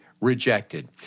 rejected